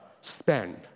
spend